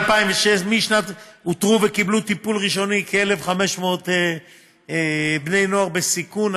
משנת 2016 אותרו וקיבלו טיפול ראשוני כ-1,500 בני נוער בסיכון,